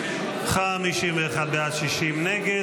51 בעד, 60 נגד.